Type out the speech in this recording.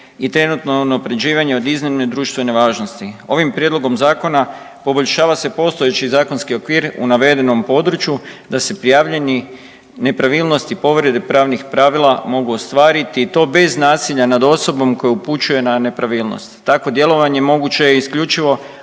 i trenutno unaprjeđivanje od iznimne društvene važnosti. Ovim prijedlogom Zakona poboljšava se postojeći zakonski okvir u navedenom području da se prijavljeni nepravilnosti povrede pravnih pravila mogu ostvariti i to bez nasilja nad osobom koja upućuje na nepravilnost. Takvo djelovanje moguće je isključivo